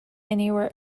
anywhere